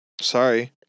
Sorry